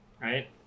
right